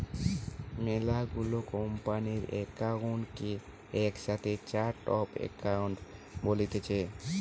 মেলা গুলা কোম্পানির একাউন্ট কে একসাথে চার্ট অফ একাউন্ট বলতিছে